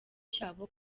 cyabo